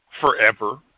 forever